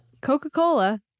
Coca-Cola